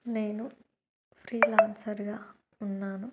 నేను ఫ్రీలాన్సర్గా ఉన్నాను